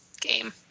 game